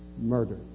murder